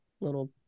little